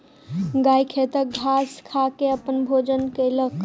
गाय खेतक घास खा के अपन भोजन कयलक